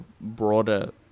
broader